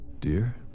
Dear